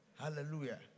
hallelujah